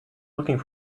looking